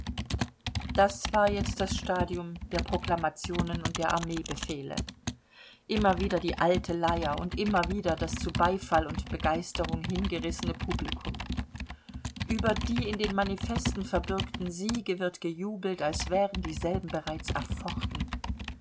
das war jetzt das stadium der proklamationen und der armeebefehle immer wieder die alte leier und immer wieder das zu beifall und begeisterung hingerissene publikum über die in den manifesten verbürgten siege wird gejubelt als wären dieselben bereits erfochten